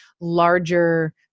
larger